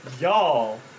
Y'all